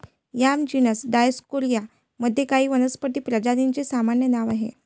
yam genus Dioscorea मध्ये काही वनस्पती प्रजातींचे सामान्य नाव आहे